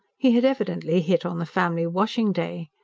he had evidently hit on the family washing-day.